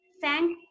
thank